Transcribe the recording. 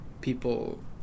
people